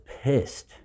pissed